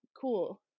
Cool